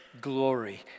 glory